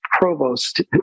provost